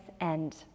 end